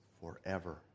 forever